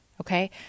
Okay